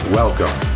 welcome